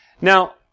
Now